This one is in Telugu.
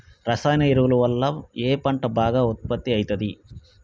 రసాయన ఎరువుల వల్ల ఏ పంట బాగా ఉత్పత్తి అయితది?